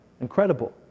incredible